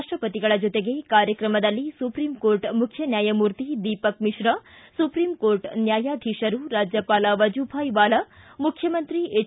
ರಾಷ್ಟಪತಿಗಳ ಜೊತೆಗೆ ಕಾರ್ಯಕ್ರಮದಲ್ಲಿ ಸುಪ್ರೀಂ ಕೋರ್ಟ್ ಮುಖ್ಯ ನ್ಯಾಯಮೂರ್ತಿ ದೀಪಕ ಮಿಪ್ರಾ ಸುಪ್ರೀಂ ಕೋರ್ಟ ನ್ಥಾಯಾಧೀಶರು ರಾಜಪಾಲ ವಜುಭಾಯ್ ವಾಲಾ ಮುಖ್ಯಮಂತ್ರಿ ಎಚ್